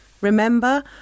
Remember